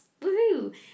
woohoo